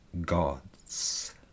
gods